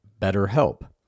BetterHelp